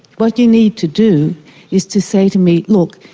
what you need to do is to say to me, look,